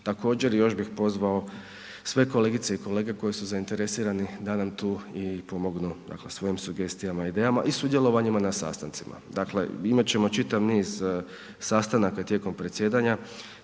Također još bih pozvao sve kolegice i kolege koji su zainteresirani da nam tu i pomognu svojim sugestijama i idejama i sudjelovanjima na sastancima. Dakle imat ćemo čitav niz sastanaka tijekom predsjedanja,